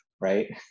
right